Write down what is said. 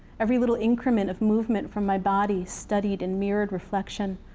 every little increment of movement from my body studied in mirrored reflection,